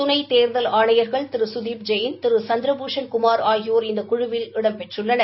துணைத் தேர்தல் ஆணையர்கள் திரு சுதீப் ஜெயின் திரு சந்திரபூஷன்குமார் ஆகியோர் இந்த குழுவில் இடம்பெற்றுள்ளனர்